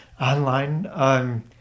online